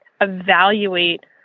evaluate